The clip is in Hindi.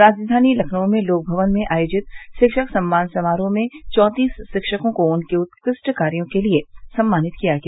राजधानी लखनऊ में लोक भवन में आयोजित शिक्षक सम्मान समारोह में चौतीस शिक्षकों को उनके उत्कृष्ट कार्यो के लिए सम्मानित किया गया